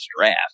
draft